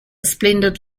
splendid